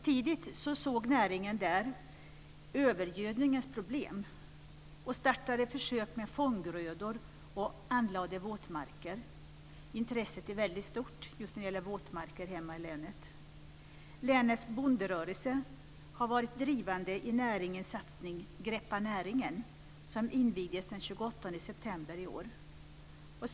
Tidigt såg näringen där övergödningens problem och startade försök med fånggrödor och anlade våtmarker. Intresset är väldigt stort hemma i länet just när det gäller våtmarker. Länets bonderörelse har varit drivande i näringens satsning Greppa näringen som invigdes den 28 september i år.